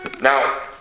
Now